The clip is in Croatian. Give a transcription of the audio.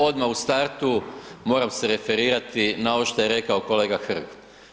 Odmah u startu moram se referirati na ovo što je rekao kolega Hrg.